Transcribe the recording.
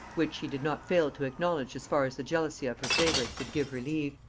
which she did not fail to acknowledge as far as the jealousy of her favorites would give her leave.